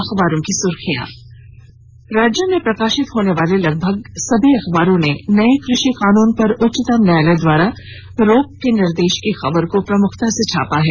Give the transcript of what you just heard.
अखबारों की सुर्खियां राज्य में प्रकाशित होने वाले लगभग सभी प्रमुख दैनिक अखबारों ने नए कृषि कानुन पर उच्चतम न्यायालय द्वारा रोक लगाए जाने के निर्देश की खबर को प्रमुखता से छापा है